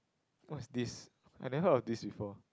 what's this I never heard of this before